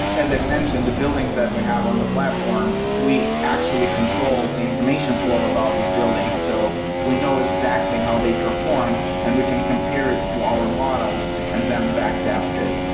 as i've mentioned, the buildings that we have on the platform, we actually control the information flow about this building. so we know exactly how they perform and we can compare it to our models and then back test it,